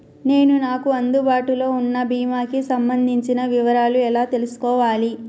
నేను నాకు అందుబాటులో ఉన్న బీమా కి సంబంధించిన వివరాలు ఎలా తెలుసుకోవాలి?